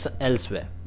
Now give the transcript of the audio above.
elsewhere